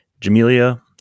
Jamelia